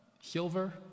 Silver